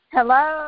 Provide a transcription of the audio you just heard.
Hello